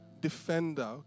Defender